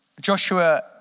Joshua